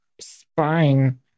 spine